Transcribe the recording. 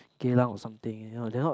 Geylang or something you know they not